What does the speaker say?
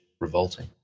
revolting